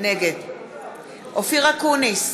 נגד אופיר אקוניס,